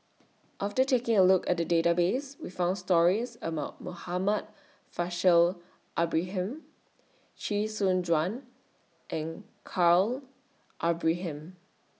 after taking A Look At The Database We found stories about Muhammad Faishal Ibrahim Chee Soon Juan and Khalil Ibrahim